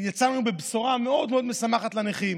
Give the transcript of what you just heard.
ויצאנו בבשורה מאוד מאוד משמחת לנכים.